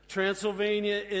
Transylvania